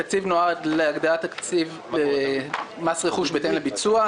התקציב נועד להגדלת התקציב במס רכוש בהתאם לביצוע,